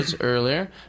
earlier